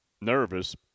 nervous